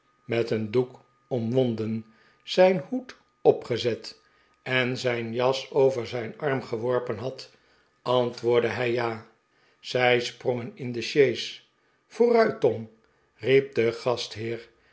met een doek omwonden zijn hoed opgezet en zijn jas over zijn arm geworpen had antwoordde hij ja zij sprongen in de sjees vooruit tom riep de gastheer